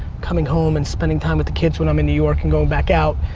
coming home and spending time with the kids when i'm in new york and going back out.